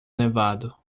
nevado